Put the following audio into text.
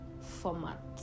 format